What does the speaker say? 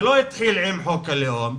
זה לא התחיל עם חוק הלאום,